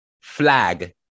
flag